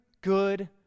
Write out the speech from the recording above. good